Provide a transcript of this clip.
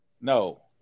No